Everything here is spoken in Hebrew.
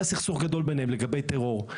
היה סכסוך גדול ביניהם לגבי טרור.